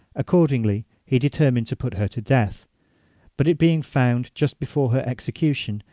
accordingly he determined to put her to death but it being found, just before her execution,